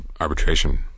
arbitration